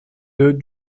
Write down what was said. deux